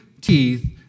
teeth